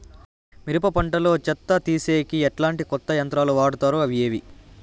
మిరప పంట లో చెత్త తీసేకి ఎట్లాంటి కొత్త యంత్రాలు వాడుతారు అవి ఏవి?